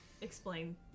explain